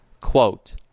Quote